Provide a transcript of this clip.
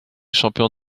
champion